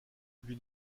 lui